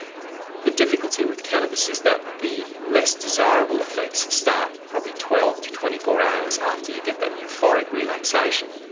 the difficulty with cannabis is that the less desirable effects start probably twelve to twenty four hours after you get that euphoric relaxation,